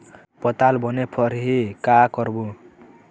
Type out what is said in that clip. पताल बने फरही का करबो?